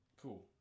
cool